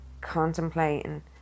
contemplating